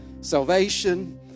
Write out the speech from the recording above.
salvation